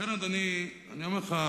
לכן, אדוני, אני אומר לך,